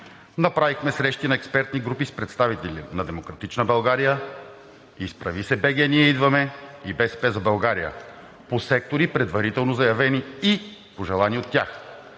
Направихме срещи на експертни групи с представители на „Демократична България“, „Изправи се БГ! Ние идваме!“ и „БСП за България“. По сектори, предварително заявени и пожелани от тях,